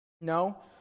No